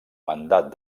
mandat